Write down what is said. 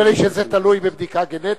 נדמה לי שזה תלוי בבדיקה גנטית,